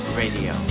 radio